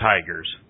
Tigers